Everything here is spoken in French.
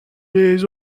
les